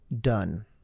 done